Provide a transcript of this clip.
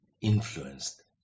influenced